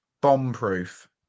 bomb-proof